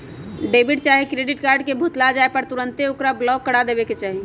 debit चाहे credit card के भुतला जाय पर तुन्ते ओकरा ब्लॉक करबा देबेके चाहि